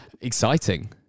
exciting